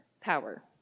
power